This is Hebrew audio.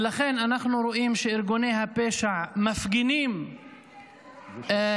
ולכן אנחנו רואים שארגוני הפשע מפגינים נוכחות